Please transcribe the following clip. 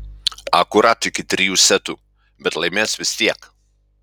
akurat iki trijų setų bet laimės vis tiek